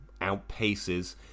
outpaces